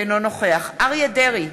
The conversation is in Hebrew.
אינו נוכח אריה דרעי,